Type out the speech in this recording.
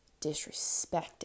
disrespected